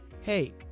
Hey